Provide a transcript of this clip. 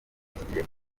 kigiye